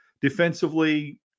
defensively